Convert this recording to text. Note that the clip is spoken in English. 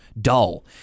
dull